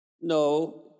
No